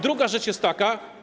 Druga rzecz jest taka.